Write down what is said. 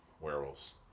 werewolves